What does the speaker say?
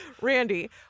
Randy